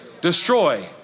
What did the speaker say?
destroy